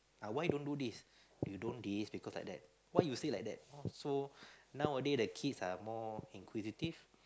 why don't do this you don't this because like that why you say like that so nowadays the kids are more inquisitive